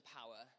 power